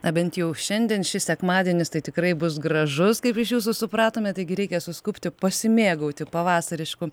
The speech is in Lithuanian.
na bent jau šiandien šis sekmadienis tai tikrai bus gražus kaip iš jūsų supratome taigi reikia suskubti pasimėgauti pavasarišku